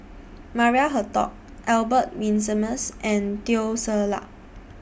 Maria Hertogh Albert Winsemius and Teo Ser Luck